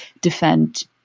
defend